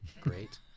Great